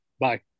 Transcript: Bye